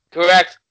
Correct